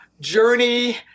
journey